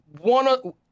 one